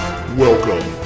Welcome